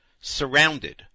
surrounded